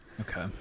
Okay